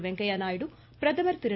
வெங்கைய நாயுடு பிரதமர் திரு